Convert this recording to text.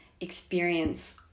experience